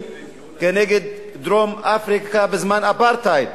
נגד דרום-אפריקה בזמן האפרטהייד,